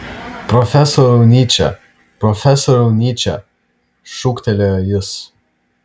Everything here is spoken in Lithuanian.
profesoriau nyče profesoriau nyče šūktelėjo jis